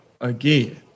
Again